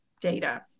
data